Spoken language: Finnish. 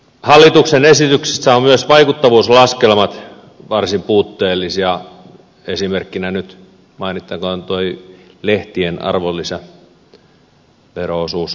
hallituksen esityksessä myös vaikuttavuuslaskelmat ovat varsin puutteellisia esimerkkinä nyt mainittakoon tuo lehtien arvonlisävero osuuden nousu